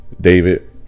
David